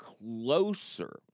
closer